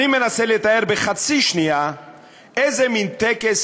אני מנסה לתאר בחצי שנייה איזה מין טקס